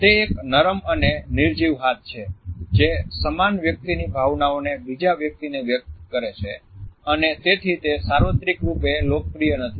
તે એક નરમ અને નિર્જીવ હાથ છે જે સમાન વ્યક્તિની ભાવનાઓને બીજા વ્યક્તિ ને વ્યક્ત કરે છે અને તેથી તે સાર્વત્રિક રૂપે લોકપ્રિય નથી